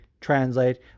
translate